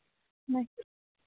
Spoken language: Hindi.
नहीं